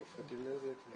מפחיתים נזק?